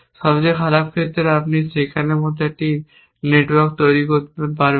সবচেয়ে খারাপ ক্ষেত্রে আপনি সেখানের মতো একটি নেটওয়ার্ক তৈরি করতে পারেন